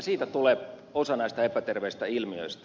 siitä tulee osa näistä epäterveistä ilmiöistä